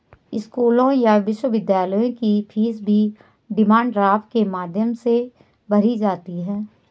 स्कूलों या विश्वविद्यालयों की फीस भी डिमांड ड्राफ्ट के माध्यम से भरी जाती है